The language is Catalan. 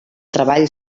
treball